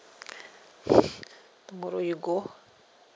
tomorrow you go